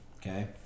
okay